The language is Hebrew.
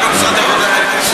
ולא משרד העבודה.